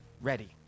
ready